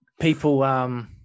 People